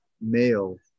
male